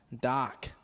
Doc